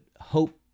hope